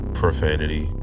profanity